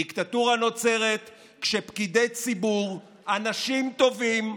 דיקטטורה נוצרת כשפקידי ציבור, אנשים טובים,